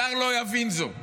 זר לא יבין זאת,